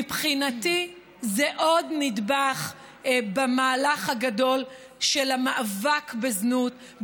מבחינתי זה עוד נדבך במהלך הגדול של המאבק בזנות,